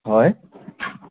হয়